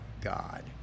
God